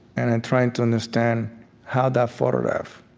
and i'm trying to understand how that photograph,